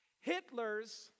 Hitler's